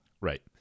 Right